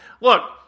Look